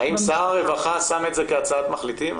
האם שר הרווחה שם את זה כהצעת מחליטים?